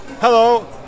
Hello